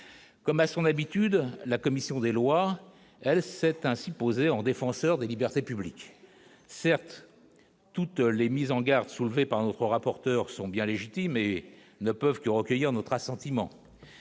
comme à son habitude, la commission des lois, elle s'est ainsi posé en défenseur des libertés publiques, certes toutes les mises en garde, soulevée par notre rapporteur sont bien légitimes et ne peuvent que recueillir notre assentiment